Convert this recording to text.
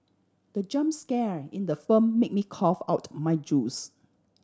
the jump scare in the film made me cough out my juice